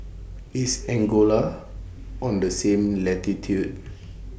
IS Angola on The same latitude